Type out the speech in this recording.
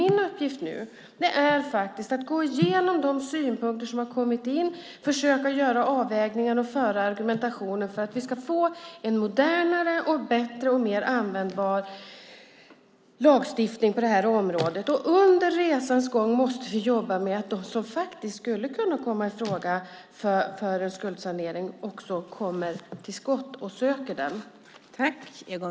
Min uppgift nu är att gå igenom de synpunkter som har kommit in, försöka göra avvägningar och föra argumentationen för att vi ska få en modernare, bättre och mer användbar lagstiftning på det här området. Under resans gång måste vi jobba med att de som skulle kunna komma i fråga för en skuldsanering också kommer till skott och söker den.